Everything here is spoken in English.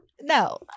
no